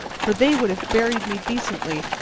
for they would have buried me decently,